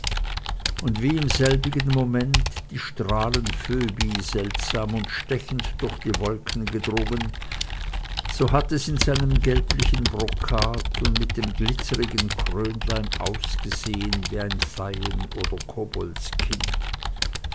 und wie im selbigen moment die strahlen phöbi seltsam und stechend durch die wolken gedrungen so hat es in seinem gelblichen brokat und mit dem glitzrigen krönlein ausgesehen wie ein feyen oder